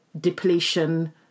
depletion